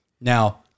Now